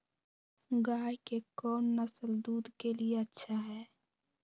गाय के कौन नसल दूध के लिए अच्छा है?